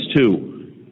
two